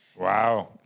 Wow